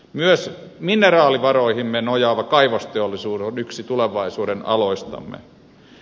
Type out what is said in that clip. myös mineraalivaroihimme nojaava kaivosteollisuus on yksi tulevaisuuden aloistamme